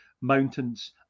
mountains